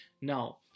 Now